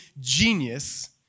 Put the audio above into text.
genius